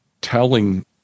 telling